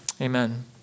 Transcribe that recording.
amen